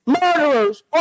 murderers